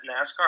NASCAR